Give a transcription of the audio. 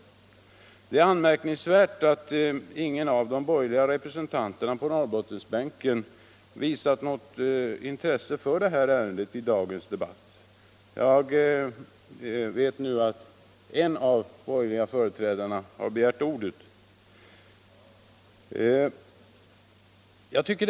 Det är anmärkningsvärt att ingen av de borgerliga representanterna på Norrbottensbänken visat intresse för ärendet i dagens debatt. Jag vet nu att en av de borgerliga företrädarna har begärt ordet, men intresset är ändå ganska lågt.